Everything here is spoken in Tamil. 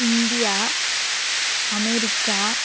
India America